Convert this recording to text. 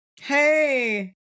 Hey